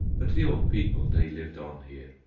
but the old people they lived on here,